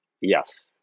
Yes